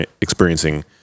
experiencing